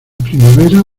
primavera